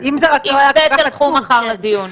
עם זה תלכו מחר לדיון,